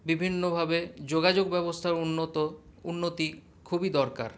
বিভিন্ন ভাবে যোগাযোগ ব্যবস্থার উন্নত উন্নতি খুবই দরকার